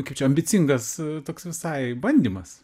kaip čia ambicingas toks visai bandymas